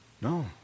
no